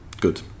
good